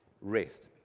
rest